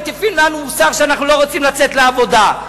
מטיפים לנו מוסר שאנחנו לא רוצים לצאת לעבודה.